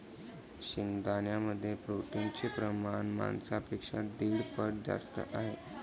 शेंगदाण्यांमध्ये प्रोटीनचे प्रमाण मांसापेक्षा दीड पट जास्त आहे